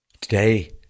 Today